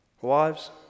Wives